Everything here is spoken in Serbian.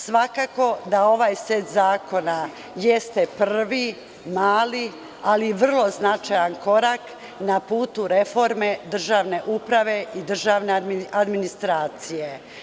Svakako da ovaj set zakona jeste prvi, mali, ali vrlo značajan korak na putu reforme državne uprave i državne administracije.